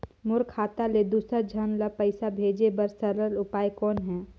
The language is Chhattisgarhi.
मोर खाता ले दुसर झन ल पईसा भेजे बर सरल उपाय कौन हे?